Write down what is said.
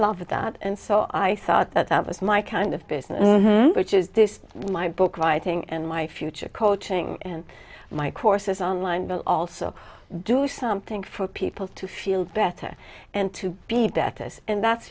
love that and so i thought that that was my kind of business which is this my book writing and my future coaching and my courses online but also do something for people to feel better and to be deathless and that's